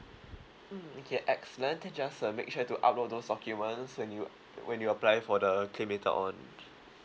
mm okay excellent then just uh make sure to upload those documents when you when you apply for the claim later on